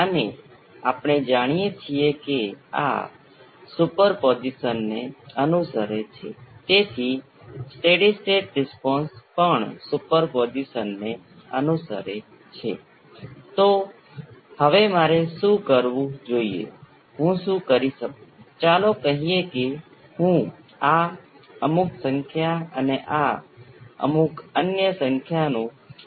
અને હું આ રીતે બધું કરીશ અને અંતે બધા પદોને ગોઠવીશ જેથી ચલો ડાબી બાજુએ હોય અને સોર્સ જમણી બાજુએ હોય હકીકતમાં હું સૂચન કરું છું કે તમે તેને અજમાવી જુઓ અને તેની સાથે સરખામણી કરો જે આપણી પાસે છે